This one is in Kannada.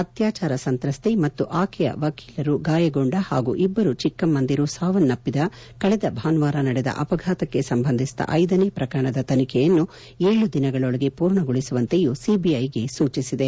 ಅತ್ಯಾಚಾರ ಸಂತ್ರಸ್ತೆ ಮತ್ತು ಆಕೆಯ ವಕೀಲರು ಗಾಯಗೊಂಡ ಹಾಗೂ ಇಬ್ಬರು ಚಿಕ್ಕಮ್ಮಂದಿರು ಸಾವನ್ನಪ್ಪಿದ ಕಳೆದ ಭಾನುವಾರ ನಡೆದ ಅಪಘಾತಕ್ಕೆ ಸಂಬಂಧಿಸಿದ ಐದನೇ ಪ್ರಕರಣದ ತನಿಖೆಯನ್ನು ಏಳು ದಿನಗಳೊಳಗೆ ಪೂರ್ಣಗೊಳಿಸುವಂತೆಯೂ ಸಿಬಿಐಗೆ ಸೂಚಿಸಿದೆ